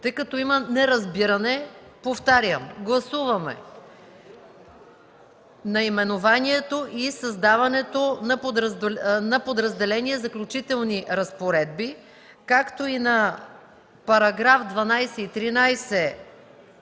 Тъй като има неразбиране, повтарям: гласуваме наименованието и създаването на подразделение „Заключителни разпоредби”, както и § 12 и §